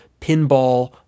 pinball